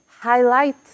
highlight